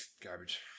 garbage